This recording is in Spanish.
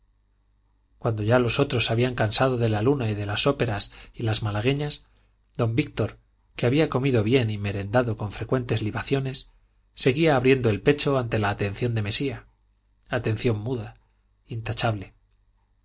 cuando ya los otros se habían cansado de la luna y de las óperas y las malagueñas don víctor que había comido bien y merendado con frecuentes libaciones seguía abriendo el pecho ante la atención de mesía atención muda intachable